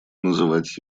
называть